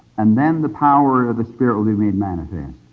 and then the power of the spirit will be made manifest.